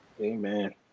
Amen